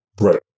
Right